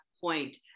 point